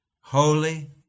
Holy